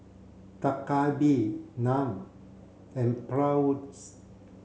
Dak Galbi Naan and Bratwurst